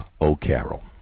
O'Carroll